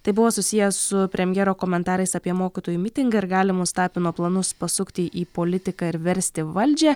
tai buvo susiję su premjero komentarais apie mokytojų mitingą ir galimus tapino planus pasukti į politiką ir versti valdžią